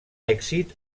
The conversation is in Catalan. èxit